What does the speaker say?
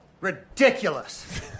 ridiculous